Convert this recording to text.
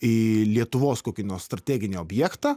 į lietuvos kokį nors strateginį objektą